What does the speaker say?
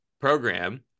program